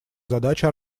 задача